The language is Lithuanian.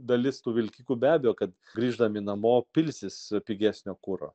dalis tų vilkikų be abejo kad grįždami namo pilsis pigesnio kuro